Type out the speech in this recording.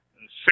six